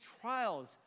trials